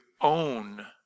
own